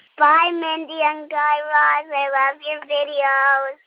bye, mindy and guy raz. i love your videos ah and